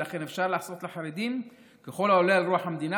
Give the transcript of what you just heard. ולכן אפשר לעשות לחרדים ככל העולה על רוח המדינה,